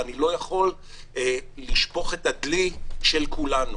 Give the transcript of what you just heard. ואני לא יכול לשפוך את הדלי של כולנו,